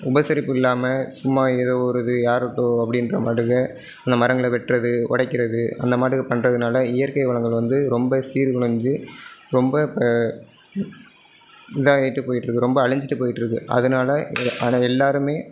உபசரிப்பு இல்லாமல் சும்மா எதோ ஒரு இது யாருக்கோ அப்படின்ற மாதிரி அந்த மரங்களை வெட்டுறது உடைக்கிறது அந்தமாதிரி பண்றதுனால் இயற்கை வளங்கள் வந்து ரொம்ப சீர் குலைஞ்சி ரொம்ப இப்போ இதாகிட்டு போயிட்டிருக்கு ரொம்ப அழிஞ்சிட்டு போயிட்டிருக்கு அதனால ஆனால் எல்லாருமே